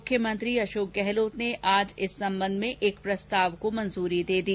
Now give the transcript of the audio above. मुख्यमंत्री अशोक गहलोत ने आज इस संबंध में एक प्रस्ताव को मंजूरी दे दी